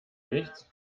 nichts